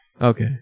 Okay